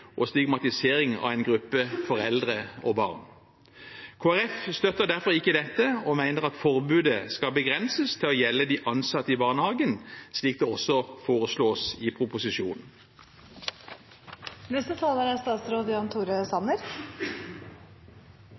og stigmatisering av en gruppe foreldre og barn. Kristelig Folkeparti støtter derfor ikke dette og mener at forbudet skal begrenses til å gjelde de ansatte i barnehagen, slik det også foreslås i proposisjonen. Barnehagen, skolen og universiteter og høyskoler er